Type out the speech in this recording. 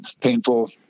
painful